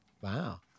Wow